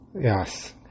yes